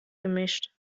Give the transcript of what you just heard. gemischt